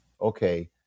okay